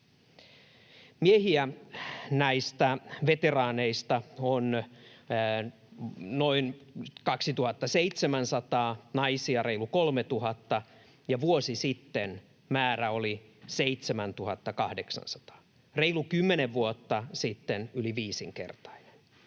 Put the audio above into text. Miehiä näistä veteraaneista on noin 2 700, naisia reilu 3 000. Vuosi sitten määrä oli 7 800, reilu kymmenen vuotta sitten yli viisinkertainen.